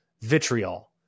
vitriol